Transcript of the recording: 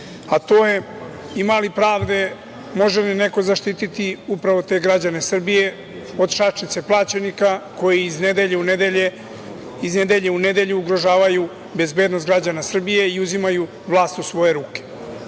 glasi - ima li pravde, može li neko zaštiti upravo te građane Srbije od šačice plaćenika koji iz nedelje u nedelju ugrožavaju bezbednost građana Srbije i uzimaju vlast u svoje ruke? Ko